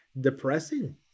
depressing